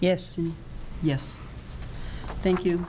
yes yes thank you